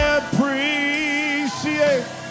appreciate